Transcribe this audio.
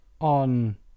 on